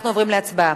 אנחנו עוברים להצבעה.